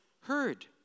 heard